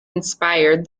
inspired